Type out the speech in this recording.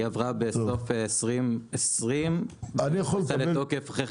היא עברה בסוף 2020 ונכנסה לתוקף אחרי